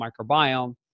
microbiome